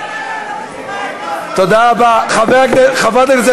הכנסת, חבר הכנסת